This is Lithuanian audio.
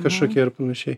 kažkokie ir panašiai